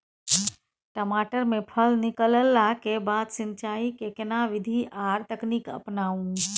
टमाटर में फल निकलला के बाद सिंचाई के केना विधी आर तकनीक अपनाऊ?